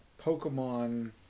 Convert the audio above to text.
Pokemon